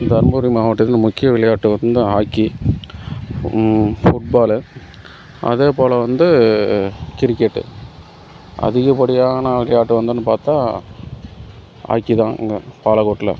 தருமபுரி மாவட்டத்தின் முக்கிய விளையாட்டு வந்து ஹாக்கி ஃபுட்பாலு அதேபோல் வந்து கிரிக்கெட்டு அதிகப்படியான விளையாட்டு வந்துன்னு பார்த்தா ஹாக்கி தான் அங்க பாலகோட்டில்